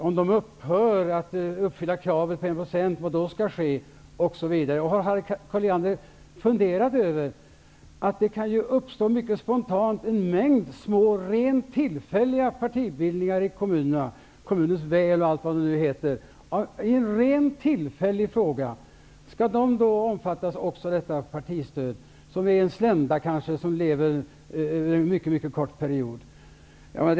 Om man inte når upp till 1 %, vad händer då? Har Harriet Colliander funderat över att det mycket spontant kan uppstå en mängd små tillfälliga partibildningar i kommunerna -- Kommunens väl och allt vad de heter? Skall också de partier som lever en mycket kort period som en slända omfattas av detta partistöd?